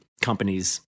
companies